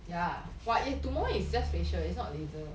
yeah but eh tomorrow is just facial it's not laser